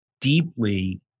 deeply